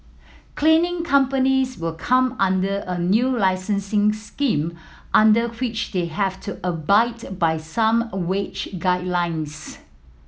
cleaning companies will come under a new licensing scheme under which they have to abide by some a wage guidelines